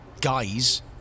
guys